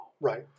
Right